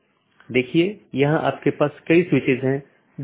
IGP IBGP AS के भीतर कहीं भी स्थित हो सकते है